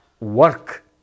work